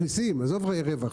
דמי מעבר ייקבע